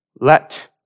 let